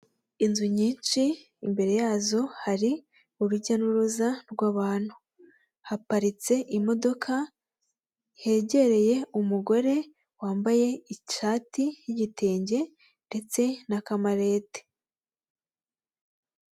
Inzu nyinshi, imbere yazo hari urujya n'uruza rw'abantu, haparitse imodoka hegereye umugore wambaye ishati y'igitenge ndetse n'akamalete.